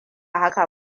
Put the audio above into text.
haka